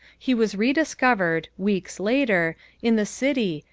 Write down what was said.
he was re-discovered weeks later in the city,